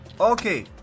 Okay